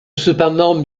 cependant